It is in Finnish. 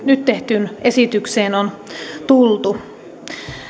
nyt tehtyyn esitykseen on tultu